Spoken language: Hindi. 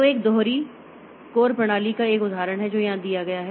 तो एक दोहरी कोर प्रणाली एक उदाहरण है जो यहां दिया गया है